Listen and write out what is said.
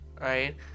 right